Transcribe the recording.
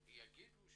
יגידו,